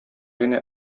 генә